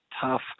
tough